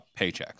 paychecks